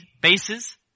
bases